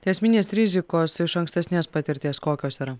tai esminės rizikos iš ankstesnės patirties kokios yra